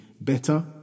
better